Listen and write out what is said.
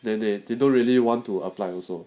then they they don't really want to apply also